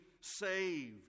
saved